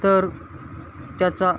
तर त्याचा